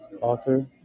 author